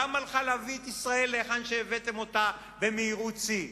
למה לך להביא את ישראל להיכן שהבאתם אותה במהירות שיא?